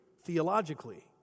theologically